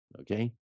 okay